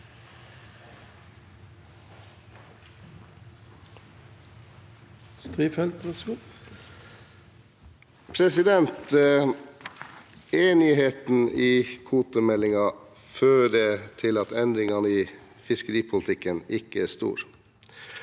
Enigheten om kvotemeldingen fører til at endringene i fiskeripolitikken ikke er store.